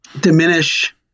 diminish